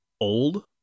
old